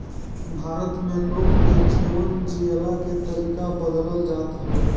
भारत में लोग के जीवन जियला के तरीका बदलत जात हवे